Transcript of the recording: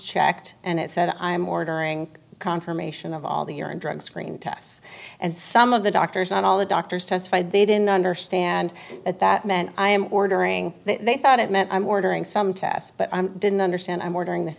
checked and it said i am ordering confirmation of all the urine drug screening tests and some of the doctors and all the doctors testified they didn't understand it that meant i am ordering they thought it meant i'm ordering some tests but i didn't understand i'm ordering this